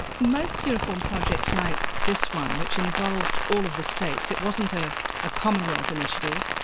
most uniform projects like this one which involved all of the states, it wasn't a ah commonwealth initiative,